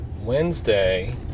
Wednesday